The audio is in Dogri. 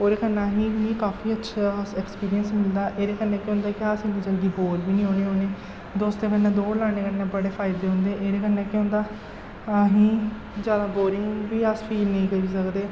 ओह्दे कन्नै असें गी मी काफी अच्छा ऐक्सपीरियेंस मिलदा एह्दे कन्नै केह् होंदा कि अस इन्नी जल्दी बोर बी निं होन्ने होन्नें दोस्तें कन्नै दौड़ लाने कन्नै बड़े फायदे होंदे एह्दे कन्नै केह् होंदा असें गी जैदा बोरिंग बी अस फील नेईं करी सकदे